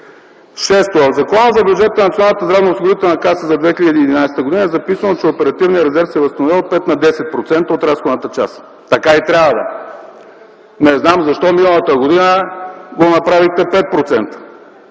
Шесто, в Законопроекта за бюджета на Националната здравноосигурителна каса за 2011 г. е записано, че оперативният резерв се възстановява от 5 на 10% от разходната част. Така и трябва да е. Не знам защо миналата година го направихте 5%.